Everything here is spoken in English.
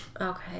Okay